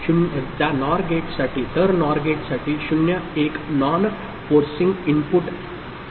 तर नॉर गेटसाठी 0 एक नॉन फोर्सिंग इनपुट ठीक आहे